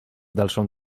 dalszą